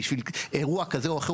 בשביל אירוע כזה או אחר,